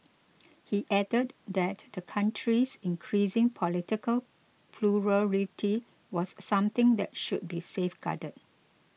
he added that the country's increasing political plurality was something that should be safeguarded